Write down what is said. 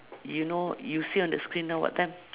you know you see on the screen now what time